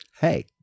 Hey